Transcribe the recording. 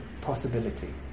possibility